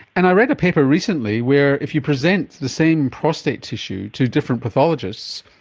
and i read a paper recently where if you present the same prostate tissue to different pathologists,